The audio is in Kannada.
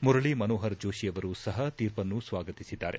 ಮುರಳೀಮನೋಪರ್ ಜೋಶಿಯವರು ಸಪ ತೀರ್ಪನ್ನು ಸ್ವಾಗತಿಸಿದ್ದಾರೆ